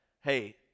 Hey